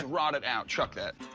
rotted out. chuck that.